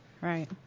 right